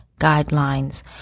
guidelines